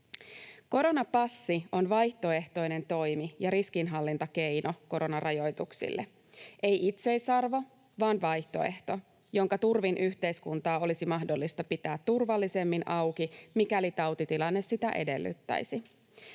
Koronapassi on vaihtoehtoinen toimi ja riskinhallintakeino koronarajoituksille — ei itseisarvo vaan vaihtoehto, jonka turvin yhteiskuntaa olisi mahdollista pitää turvallisemmin auki, mikäli tautitilanne sitä edellyttäisi.